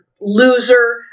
loser